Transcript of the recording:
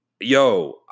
yo